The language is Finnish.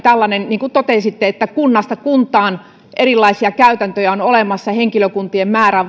niin kuin totesitte kunnasta kuntaan erilaisia käytäntöjä on olemassa henkilökunnan määrä